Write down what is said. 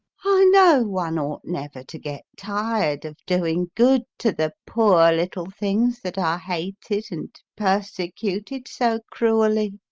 i know one ought never to get tired of doing good to the poor little things that are hated and persecuted so cruelly.